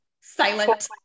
silent